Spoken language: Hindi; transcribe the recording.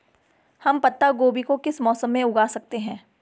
हम पत्ता गोभी को किस मौसम में उगा सकते हैं?